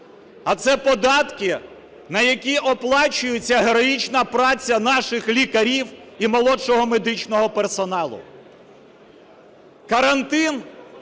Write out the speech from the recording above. а це податки, на які оплачується героїчна праця наших лікарів і молодшого медичного персоналу. Карантин